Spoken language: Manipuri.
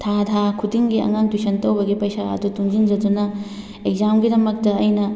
ꯊꯥ ꯊꯥ ꯈꯨꯗꯤꯡꯒꯤ ꯑꯉꯥꯡ ꯇ꯭ꯌꯨꯁꯟ ꯇꯧꯕꯒꯤ ꯄꯩꯁꯥ ꯑꯗꯨ ꯇꯨꯡꯁꯤꯟꯖꯗꯨꯅ ꯑꯦꯛꯖꯥꯝꯒꯤꯗꯃꯛꯇ ꯑꯩꯅ